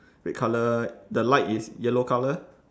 red colour the light is yellow colour